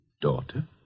daughter